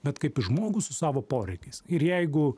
bet kaip į žmogų su savo poreikiais ir jeigu